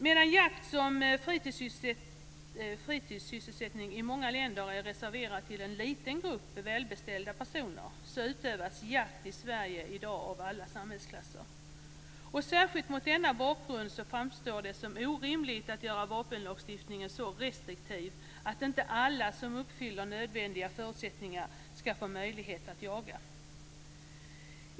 Medan jakt som fritidssysselsättning i många länder är reserverat en liten grupp välbeställda personer utövas jakt i Sverige i dag av alla samhällsklasser. Särskilt mot denna bakgrund framstår det som orimligt att göra vapenlagstiftningen så restriktiv att inte alla som uppfyller nödvändiga förutsättningar skulle få möjlighet att jaga.